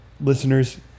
listeners